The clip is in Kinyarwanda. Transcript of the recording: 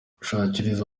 gushishikariza